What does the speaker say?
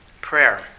Prayer